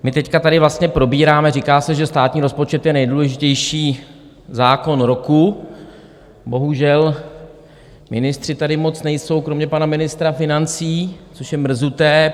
My teď tady vlastně probíráme, říká se, že státní rozpočet je nejdůležitější zákon roku, bohužel ministři tady moc nejsou kromě pana ministra financí, což je mrzuté.